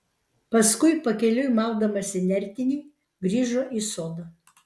paskui pakeliui maudamasi nertinį grįžo į sodą